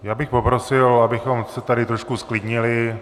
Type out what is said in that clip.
Já bych poprosil, abychom se tady trošku zklidnili.